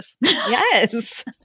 Yes